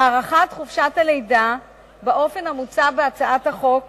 הארכת חופשת הלידה באופן המוצע בהצעת החוק